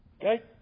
Okay